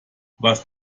was